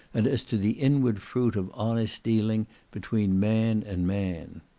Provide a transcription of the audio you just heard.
and as to the inward fruit of honest dealing between man and man.